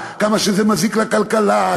כמה שזה מזיק לכלכלה,